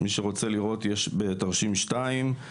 מי שרוצה לראות יש בתרשים 2,